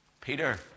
Peter